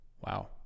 Wow